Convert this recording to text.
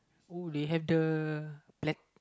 oh they have the